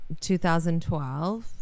2012